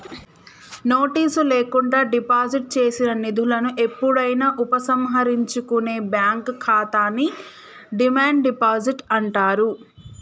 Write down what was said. notice లేకుండా deposit చేసిన నిధులను ఎప్పుడైనా ఉపసంహరించుకునే బ్యాంక్ ఖాతాని డిమాండ్ డిపాజిట్ అంటారు